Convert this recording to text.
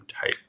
type